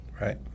right